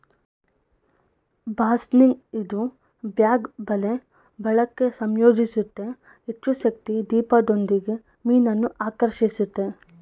ಬಾಸ್ನಿಗ್ ಇದು ಬ್ಯಾಗ್ ಬಲೆ ಬಳಕೆ ಸಂಯೋಜಿಸುತ್ತೆ ಹೆಚ್ಚುಶಕ್ತಿ ದೀಪದೊಂದಿಗೆ ಮೀನನ್ನು ಆಕರ್ಷಿಸುತ್ತೆ